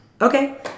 Okay